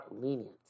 lenient